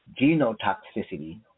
genotoxicity